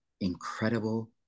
incredible